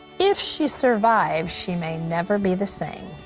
if she survives, she may never be the same.